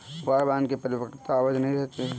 war bond की परिपक्वता अवधि नहीं रहती है